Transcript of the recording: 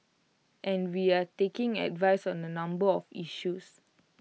and we're taking advice on A number of issues